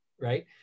right